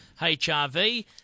hrv